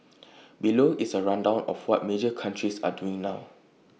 below is A rundown of what major countries are doing now